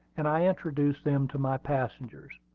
and i introduced them to my passengers.